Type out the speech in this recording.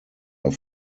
are